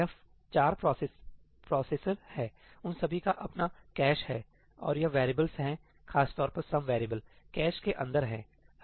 यह 4 प्रोसेसर है उन सभी का अपना कैश है और यह वैरियेबल्स है खास तौर पर सम वेरिएबल कैश के अंदर है